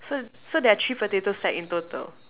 so so there are three potato sack in total